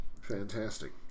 Fantastic